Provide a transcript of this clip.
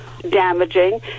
damaging